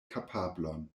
kapablon